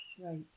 Right